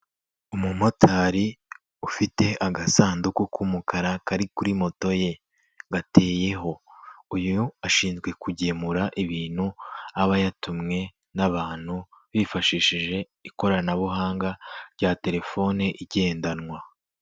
Umumotari ufite agasanduku k'umukara kari kuri moto ye, gateyeho. Uyu ashinzwe kugemura ibintu aba yatumwe n'abantu bifashishije ikoranabuhanga rya telefoni igendanwa.